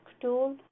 tool